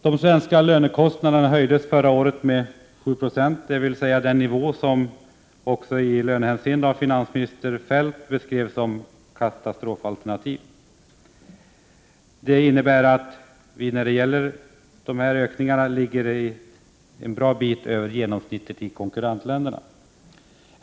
De svenska lönekostnaderna höjdes förra året med 7 960, dvs. till den nivå som av finansminister Kjell-Olof Feldt beskrevs som katastrofalternativet. Det innebär att vi när det gäller ökningen av lönekostnaderna ligger en bra bit över genomsnittet i konkurrentländerna.